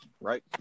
right